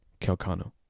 Calcano